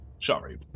Sorry